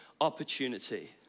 opportunity